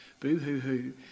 boo-hoo-hoo